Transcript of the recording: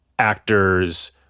actors